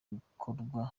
bikorwa